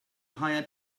hired